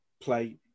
play